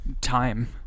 time